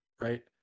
right